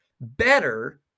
better